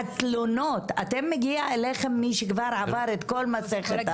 אליכם מגיעים מי שכבר עבר את כל המסכת.